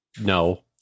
No